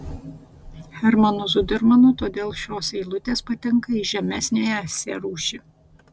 hermanu zudermanu todėl šios eilutės patenka į žemesniąją esė rūšį